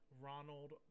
Ronald